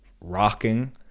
rocking